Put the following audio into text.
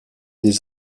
des